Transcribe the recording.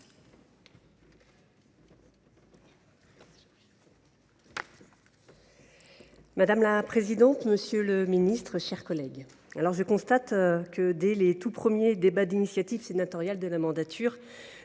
Madame la présidente, monsieur le ministre, mes chers collègues, je constate que, dès les tout premiers débats d’initiative sénatoriale de la mandature,